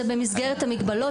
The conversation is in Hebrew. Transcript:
זה במסגרת המגבלות,